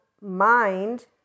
mind